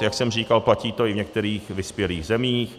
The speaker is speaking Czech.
Jak jsem říkal, platí to i v některých vyspělých zemích.